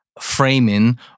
framing